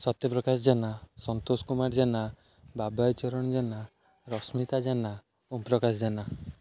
Satyaprakash Jena Santosh Kumar Jena Babaji Charan Jena Rashmita Jena Om Prakash Jena